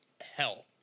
hell